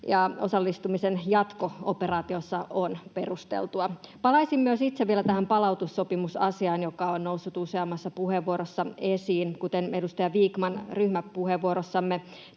ja osallistumisen jatko operaatiossa on perusteltua. Palaisin myös itse vielä tähän palautussopimusasiaan, joka on noussut useammassa puheenvuorossa esiin. Kuten edustaja Vikman ryhmäpuheenvuorossamme